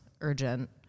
urgent